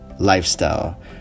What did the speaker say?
Lifestyle